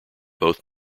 both